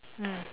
mm